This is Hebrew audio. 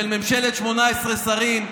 של ממשלת 18 שרים,